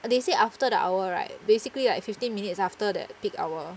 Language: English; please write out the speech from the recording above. they said after the hour right basically like fifteen minutes after the peak hour